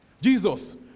Jesus